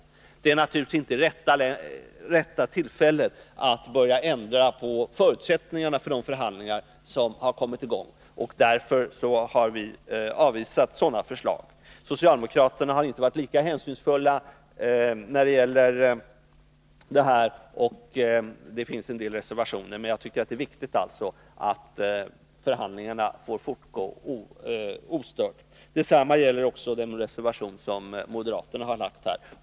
Det är naturligtvis inte det rätta tillfället att börja ändra på förutsättningarna för de förhandlingar som har kommit i gång. Därför har vi avvisat sådana förslag. Socialdemokraterna har inte varit lika hänsynsfulla i detta sammanhang, och det finns en del reservationer, men jag tycker att det är viktigt att förhandlingarna får fortgå ostört. Detsamma gäller reservationen från moderaterna.